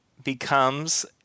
becomes